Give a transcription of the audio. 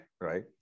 right